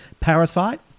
parasite